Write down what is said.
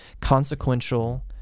consequential